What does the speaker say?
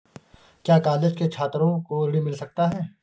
क्या कॉलेज के छात्रो को ऋण मिल सकता है?